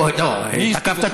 לא, תקפת את